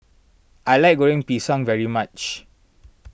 I like Goreng Pisang very much